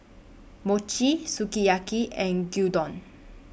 Mochi Sukiyaki and Gyudon